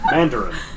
Mandarin